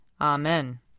Amen